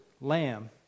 lamb